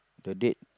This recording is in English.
your date